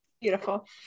Beautiful